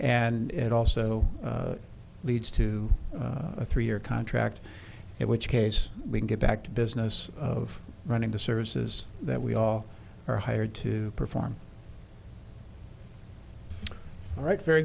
and it also leads to a three year contract it which case we can get back to business of running the services that we all are hired to perform all right very